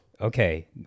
Okay